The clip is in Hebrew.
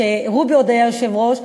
רובי עוד היה היושב-ראש,